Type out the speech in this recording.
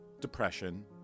depression